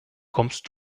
kommst